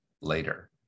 later